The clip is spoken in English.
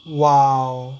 !wow!